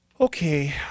Okay